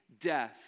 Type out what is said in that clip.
death